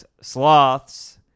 sloths